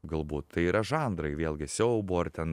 galbūt tai yra žanrai vėlgi siaubo ar ten